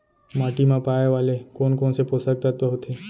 माटी मा पाए वाले कोन कोन से पोसक तत्व होथे?